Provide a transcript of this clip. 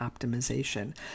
optimization